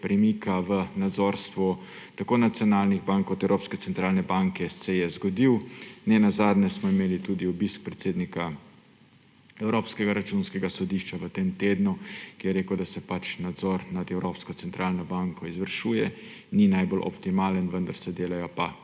premika v nadzorstvu tako nacionalnih bank kot Evropske centralne banke se je zgodil. Nenazadnje smo imeli tudi obisk predsednik Evropskega računskega sodišča v tem tednu, ki je rekel, da se pač nadzor nad Evropsko centralno banko izvršuje, ni najbolj optimalen, vendar se delajo